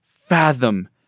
fathom